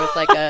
like, ah